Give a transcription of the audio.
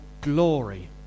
glory